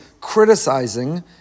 criticizing